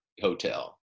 hotel